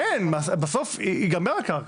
אין, בסוף תיגמר הקרקע.